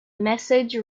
message